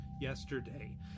yesterday